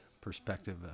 perspective